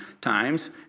times